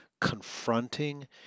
confronting